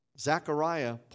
Zechariah